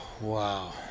Wow